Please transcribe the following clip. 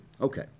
Okay